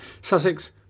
Sussex